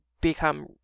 become